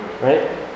right